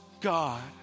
God